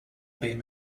beam